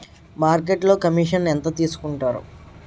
మార్కెట్లో కమిషన్ ఎంత తీసుకొంటారు?